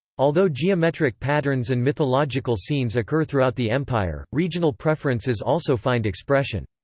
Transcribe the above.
although geometric patterns and mythological scenes occur throughout the empire, regional preferences also find expression.